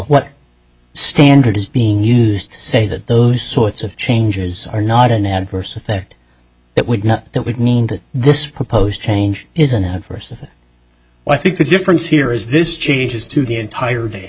what standard is being used to say that those sorts of changes are not an adverse effect that would not that would mean that this proposed change isn't it first of all i think the difference here is this changes to the entire day